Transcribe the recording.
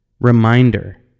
reminder